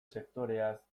sektoreaz